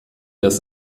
das